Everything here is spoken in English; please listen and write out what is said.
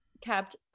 kept